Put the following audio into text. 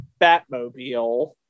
Batmobile